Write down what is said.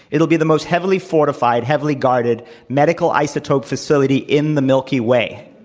it'll be the most heavily fortified, heavily guarded medical isotope facility in the milky way.